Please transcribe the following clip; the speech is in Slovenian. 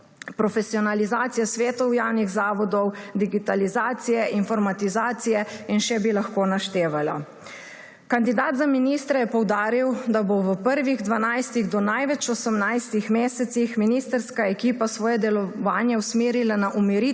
profesionalizacije svetov javnih zavodov, digitalizacije, informatizacije in še bi lahko naštevala. Kandidat za ministra je poudaril, da bo v prvih dvanajstih do največ osemnajstih mesecih ministrska ekipa svoje delovanje usmerila na umiritev